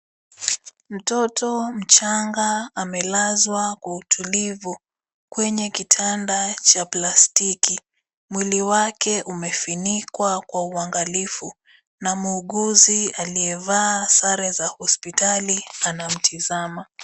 Mtoto mchanga amelazwa kwa utulivu kwenye kitanda cha plastiki, mwili wake umefunikwa kwa uangalifu na muuguzi aliyevaa sare za hospitali anamtizama.